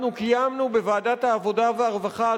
קיימנו בוועדת העבודה והרווחה,